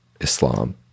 islam